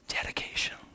Dedication